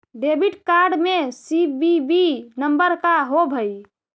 Debit card में CVV number का होव हइ?